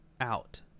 out